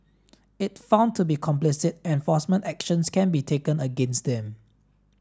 if found to be complicit enforcement actions can be taken against them